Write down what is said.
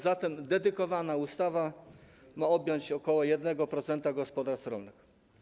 Zatem dedykowana ustawa ma objąć ok. 1% gospodarstw rolnych.